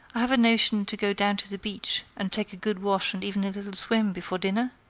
i have a notion to go down to the beach and take a good wash and even a little swim, before dinner?